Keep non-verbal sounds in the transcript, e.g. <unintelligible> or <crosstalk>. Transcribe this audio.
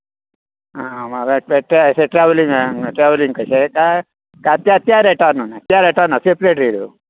हां <unintelligible> ते ते ट्रेवलींग कशें कांय हां त्या त्या रेटान त्या रेटान ना सेपरेट रेट हो